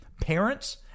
parents